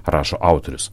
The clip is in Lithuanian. rašo autorius